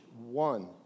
one